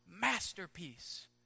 masterpiece